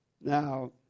Now